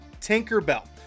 Tinkerbell